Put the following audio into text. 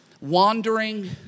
wandering